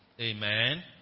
Amen